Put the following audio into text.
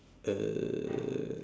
uh